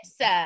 sir